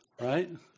right